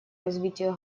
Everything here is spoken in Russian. развитию